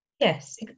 Yes